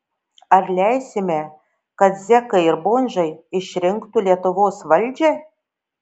ar leisime kad zekai ir bomžai išrinktų lietuvos valdžią